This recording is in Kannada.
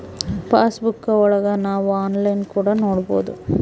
ಪಾಸ್ ಬುಕ್ಕಾ ಒಳಗ ನಾವ್ ಆನ್ಲೈನ್ ಕೂಡ ನೊಡ್ಬೋದು